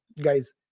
guys